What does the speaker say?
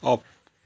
off